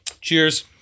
Cheers